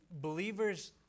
believers